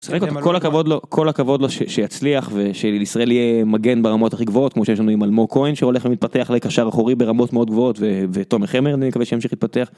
כל הכבוד לו כל הכבוד לו שיצליח ושישראל יהיה מגן ברמות הכי גבוהות, כמו שיש לנו עם אלמוג כהן שהולך ומתפתח לקשר אחורי ברמות מאוד גבוהות ותומר חמד אני מקווה שימשיך להתפתח.